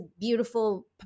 beautiful